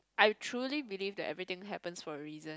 I truly believe that everything happens for a reason